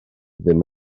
ddim